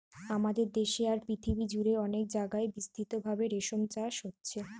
আমাদের দেশে আর পৃথিবী জুড়ে অনেক জাগায় বিস্তৃতভাবে রেশম চাষ হচ্ছে